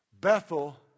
Bethel